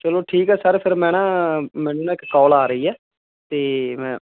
ਚਲੋ ਠੀਕ ਹੈ ਸਰ ਫਿਰ ਮੈਂ ਨਾ ਣੈਨੂੰ ਨਾ ਇੱਕ ਕੋਲ ਆ ਰਹੀ ਆ ਤੇ ਮੈਂ